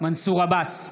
מנסור עבאס,